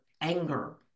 anger